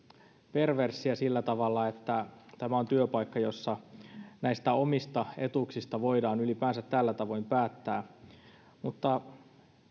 perverssiä sillä tavalla että tämä on työpaikka jossa näistä omista etuuksista voidaan ylipäänsä tällä tavoin päättää mutta